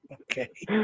Okay